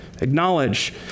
acknowledge